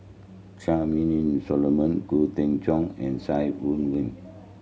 Charmaine Solomon Khoo Cheng Tiong and Sai